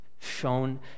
shown